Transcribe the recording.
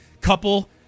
couple